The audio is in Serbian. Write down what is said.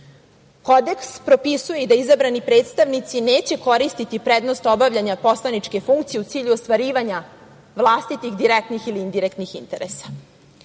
putu. Kodeks propisuje i da izabrani predstavnici neće koristiti prednosti obavljanja poslaničke funkcije u cilju ostvarivanja vlastitih direktnih ili indirektnih interesa